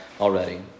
already